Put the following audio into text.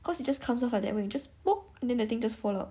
cause it just comes off like that when you just pop then the thing just fall out